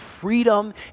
freedom